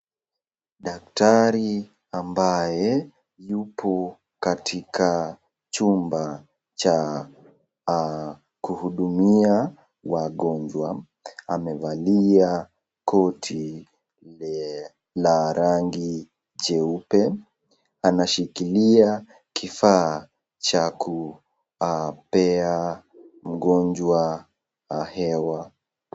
Daktari ambaye yupo katika chumba cha kuhudumia wagonjwa, amevalia koti la rangi jeupe, anashikilia kifaa cha kupea mgonjwa hewa.